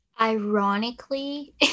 Ironically